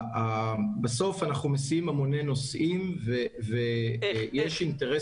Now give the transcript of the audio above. בסוף אנחנו מסיעים המוני נוסעים ויש אינטרס